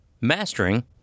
mastering